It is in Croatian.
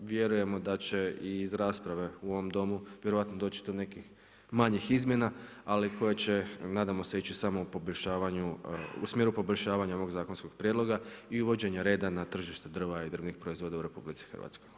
Vjerujem da će iz iz rasprave u ovom Domu, vjerojatno doći do manjih izmjena, ali koje će, nadamo se ići samo u poboljšavanju, u smjeru poboljšavanja ovog zakonskog prijedloga i uvođenje reda na tržištu drva i drnih proizvoda u RH.